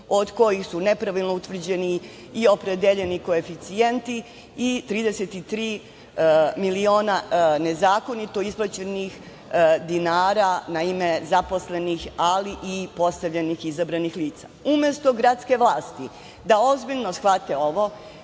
od kojih su nepravilno utvrđeni i opredeljeni koeficijenti i 33 miliona dinara nezakonito isplaćenih na ime zaposlenih, ali i postavljenih i izabranih lica. Umesto gradske vlasti da ozbiljno shvate ovo